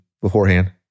beforehand